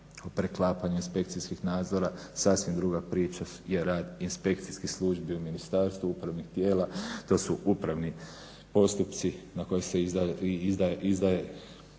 o preklapanju inspekcijskih nadzora sasvim druga priča je rad inspekcijskih službi u ministarstvu, upravnih tijela. To su upravni postupci na koja se izdaju